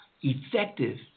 effective